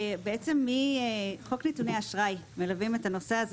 בעצם מחוק נתוני אשראי מלווים את הנושא הזה.